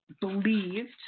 believed